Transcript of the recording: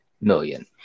million